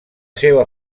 seva